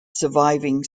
surviving